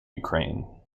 ukraine